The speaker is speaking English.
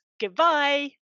Goodbye